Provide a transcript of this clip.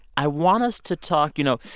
i want us to talk you know,